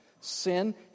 Sin